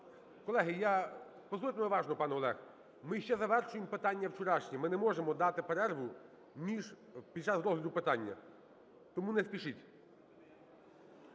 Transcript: Колеги, я… Послухайте мене уважно, пане Олег. Ми ще завершуємо питання вчорашнє, ми не можемо дати перерву під час розгляду питання. Тому не спішіть.